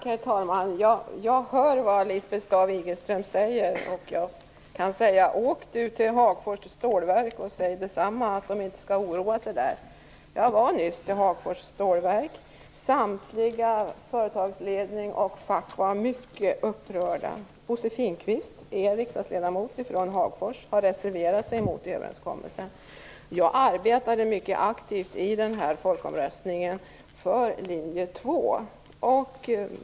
Herr talman! Jag hör vad Lisbeth Staaf-Igelström säger, och jag kan säga till henne: Åk till stålverket i Hagfors och säg till människorna där att de inte skall oroa sig. Jag var nyligen i stålverket i Hagfors. Samtliga, företagsledning och fack, var mycket upprörda. Bo Finnkvist, en riksdagsledmot från Hagfors, har reserverat sig mot överenskommelsen. Jag arbetade mycket aktivt i denna folkomröstning för Linje 2.